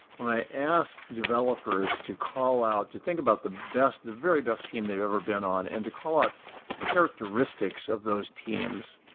when i ask developers to call out to think about the best, the very best team they've ever been on and to call out characteristics of those teams,